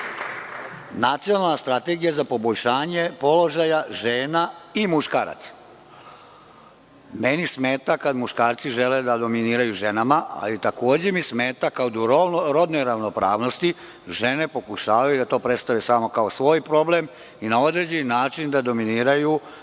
nacionalna strategija za poboljšanje položaja žena i muškaraca? Meni smeta kada muškarci žele da dominiraju ženama, ali takođe mi smeta kad u rodnoj ravnopravnosti žene pokušavaju da to predstave samo kao svoj problem i na određeni način da dominiraju i